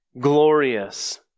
glorious